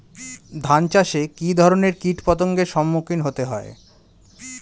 ধান চাষে কী ধরনের কীট পতঙ্গের সম্মুখীন হতে হয়?